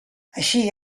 així